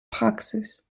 praxis